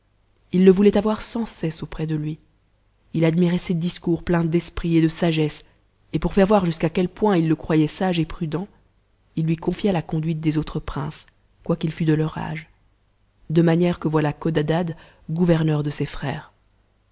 il le voulait avoir sans cesse auprès de lui ii admirait ses discours pleins d'esprit et de sagesse et pour faire voir jusqu'à quel point il le croyait sage et prudent il lui confia la conduite des autres princes quoiqu'il fut de leur âge de manière que voilà codadad gouverneur de ses frères